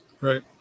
Right